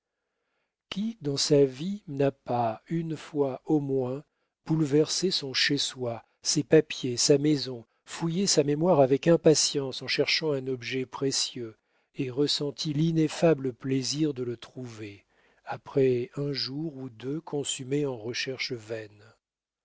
qui dans sa vie n'a pas une fois au moins bouleversé son chez-soi ses papiers sa maison fouillé sa mémoire avec impatience en cherchant un objet précieux et ressenti l'ineffable plaisir de le trouver après un jour ou deux consumés en recherches vaines